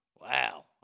Wow